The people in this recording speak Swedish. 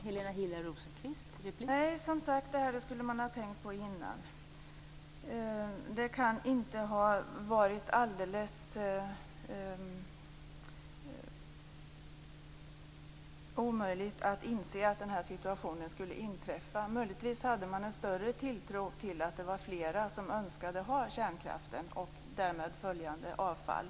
Fru talman! Som sagt: Det här skulle man ha tänkt på innan. Det kan inte ha varit alldeles omöjligt att inse att den här situationen skulle uppstå. Möjligtvis trodde man att flera önskade ha kärnkraften och därmed följande avfall.